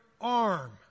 arm